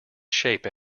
shape